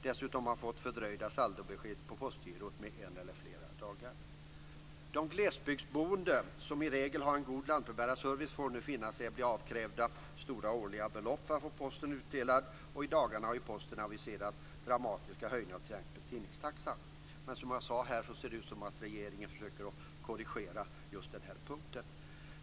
Dessutom har man fått saldobesked på Postgirot fördröjda med en eller flera dagar. Glesbygdsboende, som i regel har en god lantbrevbärarservice, får nu finna sig i att bli avkrävda stora årliga belopp för att få posten utdelad, och i dagarna har Posten aviserat dramatiska höjningar av t.ex. tidningstaxan. Som jag sagt ser det ut som att regeringen försöker korrigera på just den punkten.